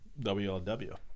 WLW